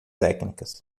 técnicas